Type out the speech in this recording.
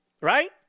Right